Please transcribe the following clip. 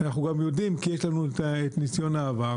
אנחנו גם יודעים כי יש לנו את ניסיון העבר,